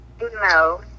No